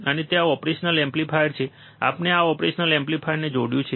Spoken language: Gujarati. અને ત્યાં એક ઓપરેશનલ એમ્પ્લીફાયર છે આપણે આ ઓપરેશનલ એમ્પ્લીફાયરને જોડ્યું છે